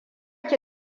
ki